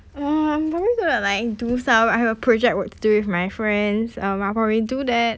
oh I'm probably gonna like do some I have a project work to do with my friends um I'll probably do that